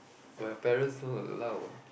will your parents don't allow